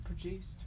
produced